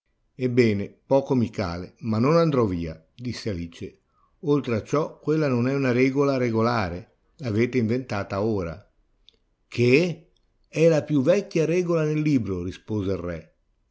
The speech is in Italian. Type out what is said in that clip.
ebbene poco mi cale ma non andrò via disse alice oltre a ciò quella non è una regola regolare l'avete inventata ora che è la più vecchia regola nel libro rispose il re